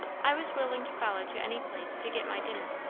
i was willing to follow to any place to get my dinner,